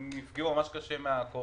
הם נפגעו ממש קשה מהקורונה.